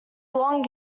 belong